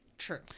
True